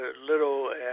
little